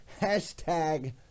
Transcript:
Hashtag